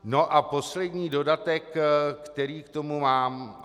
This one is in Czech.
Nu a poslední dodatek, který k tomu mám.